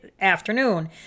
afternoon